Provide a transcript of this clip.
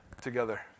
together